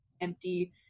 empty